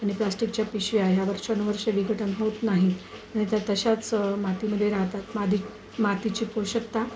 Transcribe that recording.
आणि प्लास्टिकच्या पिशव्या ह्या वर्षानुवर्ष विघटन होत नाही नाहीतर तशाच मातीमध्ये राहतात माधी मातीची पोषकता